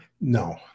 No